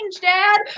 Dad